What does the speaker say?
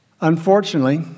unfortunately